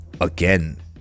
again